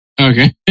Okay